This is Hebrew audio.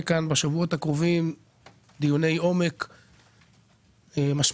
בשבועות הקרובים דיוני עומק משמעותיים,